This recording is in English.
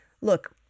Look